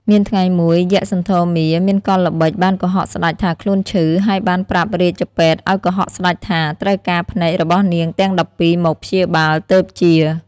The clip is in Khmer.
មានថ្ងៃមួយយក្សសន្ធមារមានកលល្បិចបានកុហកស្តេចថាខ្លួនឈឺ ហើយបានប្រាប់រាជពេទ្យឲ្យកុហកស្តេចថាត្រូវការភ្នែករបស់នាងទាំង១២មកព្យាបាលទើបជា។